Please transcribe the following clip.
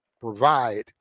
provide